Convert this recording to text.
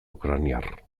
ukrainar